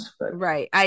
Right